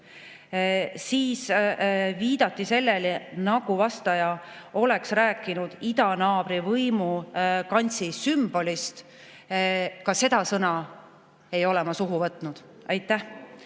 Veel viidati sellele, nagu vastaja oleks rääkinud idanaabri võimu kantsi sümbolist. Ka seda sõna ei ole ma suhu võtnud. Nüüd,